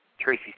Tracy